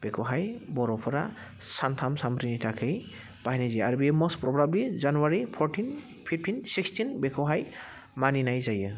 बेखौहाय बर'फोरा सानथाम सानब्रैनि थाखाय बाहायनाय जायो आरो बे must probably January fourteen fifteen sixteen बेखौहाय मानिनाय जायो